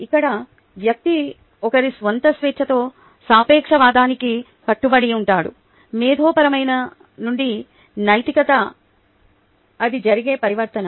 ఇక్కడ వ్యక్తి ఒకరి స్వంత స్వేచ్ఛతో సాపేక్షవాదానికి కట్టుబడి ఉంటాడు మేధోపరమైన నుండి నైతికత అది జరిగే పరివర్తన